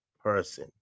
person